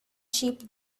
cheap